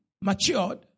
matured